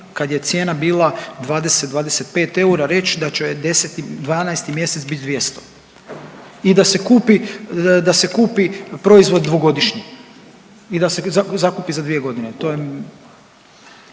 kad je cijena bila 20, 25 eura reći da će 10., 12. mjesec bit 200 i da se kupi proizvod dvogodišnji i da se zakupi za dvije godine, to je.